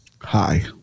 Hi